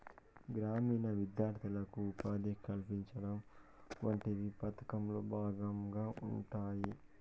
గ్రామీణ విద్యార్థులకు ఉపాధి కల్పించడం వంటివి పథకంలో భాగంగా ఉంటాయి